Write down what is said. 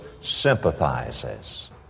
sympathizes